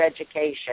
Education